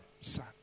son